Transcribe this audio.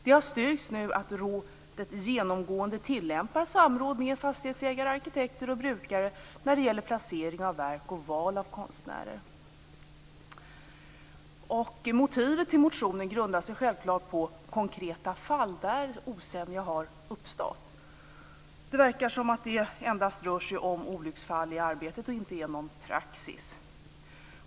Det har styrkts att rådet genomgående tillämpar samråd med fastighetsägare, arkitekter och brukare när det gäller placering av verk och val av konstnärer. Motivet till motionen är självklart konkreta fall där osämja har uppstått. Det verkar som att det endast rör sig om olycksfall i arbetet och inte är någon praxis.